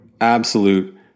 absolute